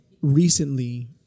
Recently